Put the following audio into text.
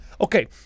Okay